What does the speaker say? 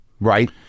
right